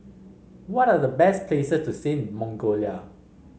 what are the best places to see in Mongolia